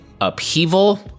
upheaval